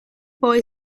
boy